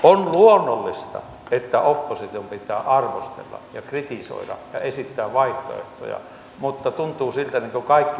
on luonnollista että opposition pitää arvostella ja kritisoida ja esittää vaihtoehtoja mutta tuntuu siltä kuin kaikki olisi romautettu muutamassa viikossa